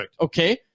Okay